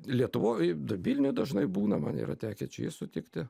lietuvoj vilniuj dažnai būna man yra tekę čia jį sutikti